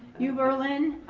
new berlin,